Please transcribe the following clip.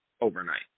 overnight